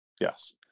yes